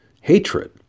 hatred